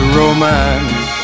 romance